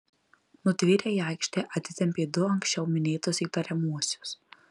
nutvėrę į aikštę atitempė du anksčiau minėtus įtariamuosius